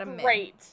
great